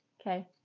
okay